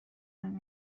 اون